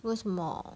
为什么